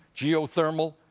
geothermal.